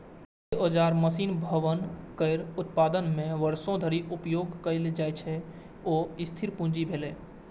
जे औजार, मशीन, भवन केर उत्पादन मे वर्षों धरि उपयोग कैल जाइ छै, ओ स्थिर पूंजी भेलै